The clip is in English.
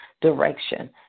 direction